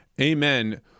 Amen